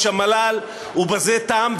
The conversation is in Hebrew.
ובזה תם.